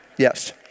Yes